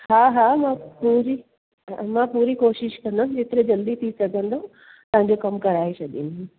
हा हा मां पूरी मां पूरी कोशिशि कंदमि जेतिरो जल्दी थी सघंदो तव्हांजो कमु कराए छॾींदी